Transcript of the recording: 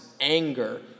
anger